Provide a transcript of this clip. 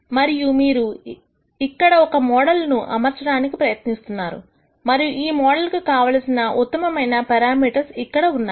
మరియు మీరు ఇక్కడ ఒక మోడల్ ను అమర్చడానికి ప్రయత్నిస్తున్నారు మరియు ఈ మోడల్ కు కావలసిన ఉత్తమమైన పెరామీటర్స్ ఇక్కడ ఉన్నాయి